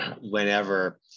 whenever